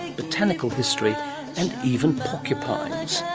botanical history and even porcupines.